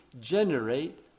generate